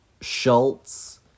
Schultz